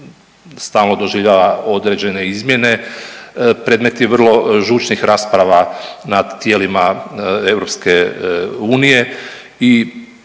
stalno doživljava određene izmjene, predmet je vrlo žučnih rasprava na tijelima EU